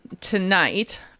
tonight